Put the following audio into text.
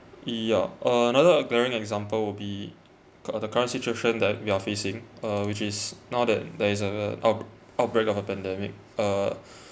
yeah uh another a glaring example will be cu~ the current situation that we're facing uh which is now that there is a outbr~ outbreak of a pandemic uh